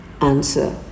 answer